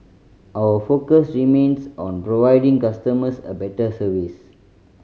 our focus remains on providing customers a better service